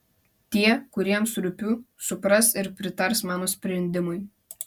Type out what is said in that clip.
tie kuriems rūpiu supras ir pritars mano sprendimui